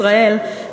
בישראל,